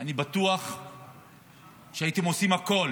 אני בטוח שהייתם עושים הכול